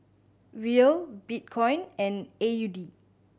Riel Bitcoin and A U D